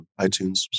iTunes